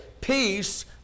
peace